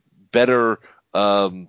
better